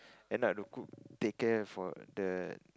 end up the cook take care for the